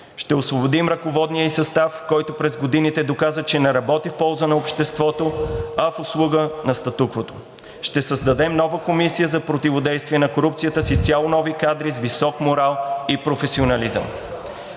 Ще освободим ръководния ѝ състав, който през годините доказа, че не работи в полза на обществото, а в услуга на статуквото. Ще създадем нова Комисия за противодействие на корупцията с изцяло нови кадри, с висок морал и професионализъм.